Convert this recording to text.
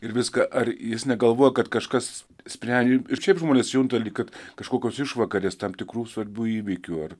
ir viską ar jis negalvoja kad kažkas sprendžia ir šiaip žmonės junta lyg kad kažkokios išvakarės tam tikrų svarbių įvykių ar